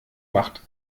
macht